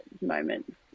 moment